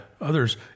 Others